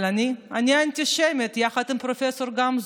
אבל אני, אני אנטישמית, יחד עם פרופ' גמזו.